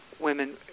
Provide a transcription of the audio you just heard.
women